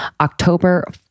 October